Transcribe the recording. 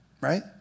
Right